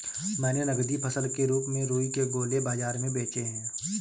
मैंने नगदी फसल के रूप में रुई के गोले बाजार में बेचे हैं